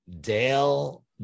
Dale